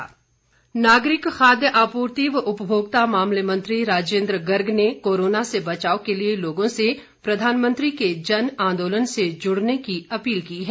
गर्ग अपील नागरिक खाद्य आपूर्ति व उपभोक्ता मामले मंत्री राजेन्द्र गर्ग ने कोरोना से बचाव के लिये लोगों से प्रधानमंत्री के जन आन्दोलन से जुड़ने की अपील की है